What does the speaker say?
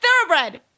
Thoroughbred